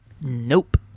Nope